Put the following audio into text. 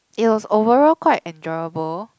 it was overall quite enjoyable